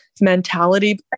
mentality